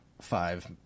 five